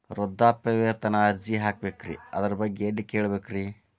ವೃದ್ಧಾಪ್ಯವೇತನ ಅರ್ಜಿ ಹಾಕಬೇಕ್ರಿ ಅದರ ಬಗ್ಗೆ ಎಲ್ಲಿ ಕೇಳಬೇಕ್ರಿ?